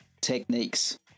techniques